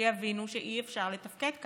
שיבינו שאי-אפשר לתפקד ככה.